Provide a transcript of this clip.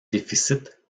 déficit